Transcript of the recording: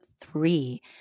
three